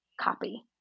copy